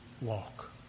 walk